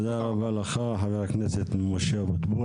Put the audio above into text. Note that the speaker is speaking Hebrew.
תודה רבה לך חבר הכנסת משה אבוטבול.